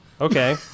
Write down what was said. Okay